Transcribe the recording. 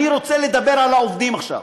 אני רוצה לדבר על העובדים, עכשיו.